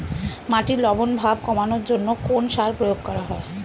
মাটির লবণ ভাব কমানোর জন্য কোন সার প্রয়োগ করা হয়?